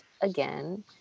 again